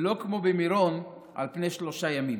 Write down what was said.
ולא כמו במירון על פני שלושה ימים.